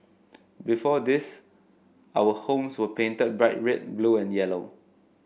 before this our homes were painted bright red blue and yellow